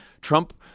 trump